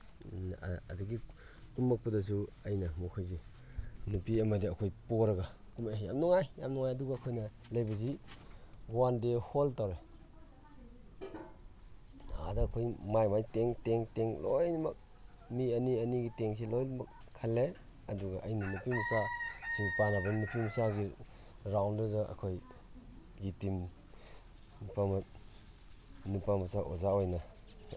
ꯑꯗꯒꯤ ꯀꯨꯝꯃꯛꯄꯗꯁꯨ ꯑꯩꯅ ꯑꯃꯨꯛ ꯃꯈꯣꯏꯁꯦ ꯅꯨꯄꯤ ꯑꯃꯗꯤ ꯑꯩꯈꯣꯏ ꯄꯣꯔꯒ ꯀꯨꯝꯃꯛꯑꯦ ꯌꯥꯝ ꯅꯨꯡꯉꯥꯏ ꯌꯥꯝ ꯅꯨꯡꯉꯥꯏ ꯑꯗꯨꯒ ꯑꯩꯈꯣꯏꯅ ꯂꯩꯕꯁꯤ ꯋꯥꯟ ꯗꯦ ꯍꯣꯜ ꯇꯧꯋꯦ ꯑꯥꯗ ꯑꯩꯈꯣꯏ ꯃꯥꯏ ꯃꯥꯏ ꯇꯦꯡ ꯇꯦꯡ ꯇꯦꯡ ꯂꯣꯏꯅꯃꯛ ꯃꯤ ꯑꯅꯤ ꯑꯅꯤ ꯇꯦꯡꯁꯦ ꯂꯣꯏꯅꯃꯛ ꯈꯜꯂꯦ ꯑꯗꯨꯒ ꯑꯩꯅ ꯅꯨꯄꯤꯃꯆꯥ ꯁꯤꯡ ꯅꯨꯄꯤꯃꯆꯥꯁꯤꯡ ꯔꯥꯎꯟꯗꯨꯗ ꯑꯩꯈꯣꯏꯒꯤ ꯇꯤꯝ ꯅꯨꯄꯥꯃꯆꯥ ꯑꯣꯖꯥ ꯑꯣꯏꯅ